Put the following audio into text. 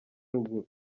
ruguru